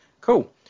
cool